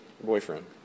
boyfriend